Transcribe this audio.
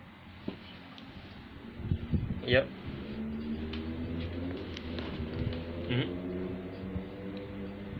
yup